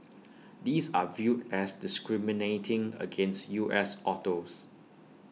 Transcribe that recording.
these are viewed as discriminating against U S autos